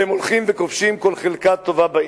והם הולכים וכובשים כל חלקה טובה בעיר.